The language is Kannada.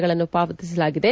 ಗಳನ್ನು ಪಾವತಿಸಲಾಗಿದೆ